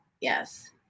Yes